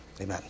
Amen